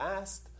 asked